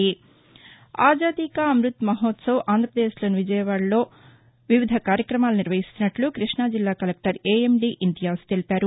అజాది కా అమ్బత్ మహోత్సవ్లో భాగంగా ఆంధ్రప్రదేశ్లోని విజయవాడలో వివిధ కార్యక్రమాలు నిర్వహిస్తున్నట్టు కృష్ణం జిల్లా కలెక్టరు ఏఎండీ ఇంతియాజ్ తెలిపారు